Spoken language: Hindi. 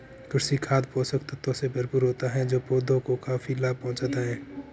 कृमि खाद पोषक तत्वों से भरपूर होता है जो पौधों को काफी लाभ पहुँचाता है